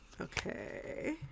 Okay